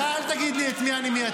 אתה, אל תגיד לי את מי אני מייצג.